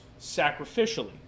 sacrificially